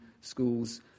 schools